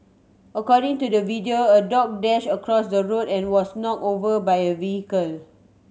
according to the video a dog dashed across the road and was knocked over by a vehicle